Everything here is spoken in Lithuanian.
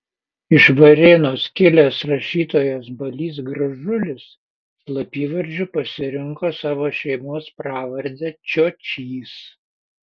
iš varėnos kilęs rašytojas balys gražulis slapyvardžiu pasirinko savo šeimos pravardę čiočys